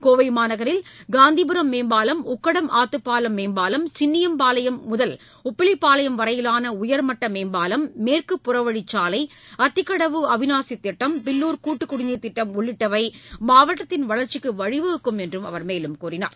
கோவை மாநகரில் காந்திபுரம் மேம்பாலம் உக்கடம் ஆத்துப்பாலம் மேம்பாலம் சின்னியம்பாளையம் முதல் உப்பிலிப்பாளையம்வரையிலான உயர்மட்ட மேம்பாலம் மேற்கு புறவழிச்சாலை அத்திக்கடவு அவினாசி திட்டம் பில்லூர் கூட்டுக் குடிநீர் திட்டம் உள்ளிட்டவை மாவட்டத்தின் வளர்ச்சிக்கு வழிவகுக்கும் என்றும் அவர் கூறினார்